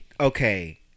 Okay